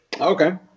Okay